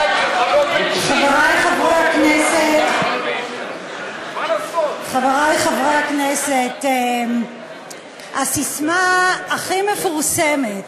חברי חברי הכנסת, הססמה הכי מפורסמת